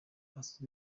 paccy